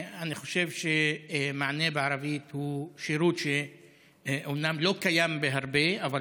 אני חושב שמענה בערבית הוא שירות שאומנם לא קיים בהרבה מוסדות,